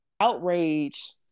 outrage